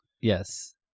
Yes